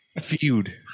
feud